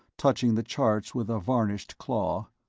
touching the charts with a varnished claw.